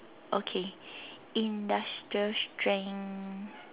okay industrial strength